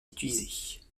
utilisés